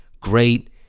great